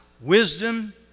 wisdom